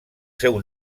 seu